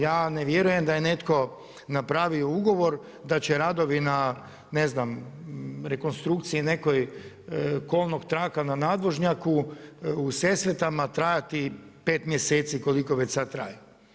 Ja ne vjerujem da je netko napravio ugovor da će radovi ne znam na rekonstrukciji nekoj kolnog traka na nadvožnjaku u Sesvetama trajati pet mjeseci koliko već sada traje.